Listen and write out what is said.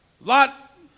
Lot